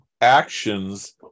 actions